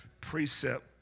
precept